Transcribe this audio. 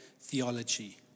theology